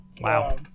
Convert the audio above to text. wow